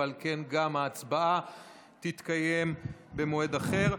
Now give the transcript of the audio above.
ועל כן גם הצבעה תתקיים במועד אחר.